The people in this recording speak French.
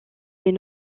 fait